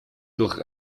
durch